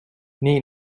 nii